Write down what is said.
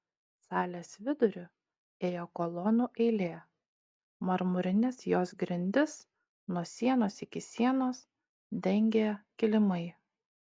salės viduriu ėjo kolonų eilė marmurines jos grindis nuo sienos iki sienos dengė kilimai